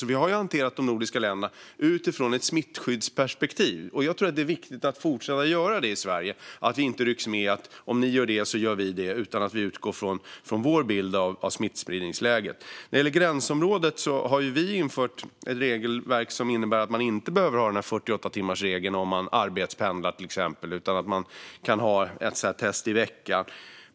Vi har alltså hanterat de nordiska länderna utifrån ett smittskyddsperspektiv, och jag tror att det är viktigt att fortsätta göra det i Sverige. Vi ska inte ryckas med i detta att om ni gör det där så gör vi det här. Vi ska i stället utgå från vår bild av smittspridningsläget. När det gäller gränsområdet har vi infört ett regelverk som innebär att man inte behöver ha 48-timmarsregeln för dem som till exempel arbetspendlar. Man kan i stället göra ett test i veckan.